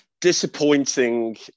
Disappointing